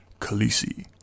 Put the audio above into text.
Khaleesi